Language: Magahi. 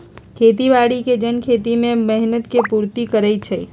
खेती बाड़ी के जन खेती में मेहनत के पूर्ति करइ छइ